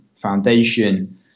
Foundation